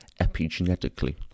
epigenetically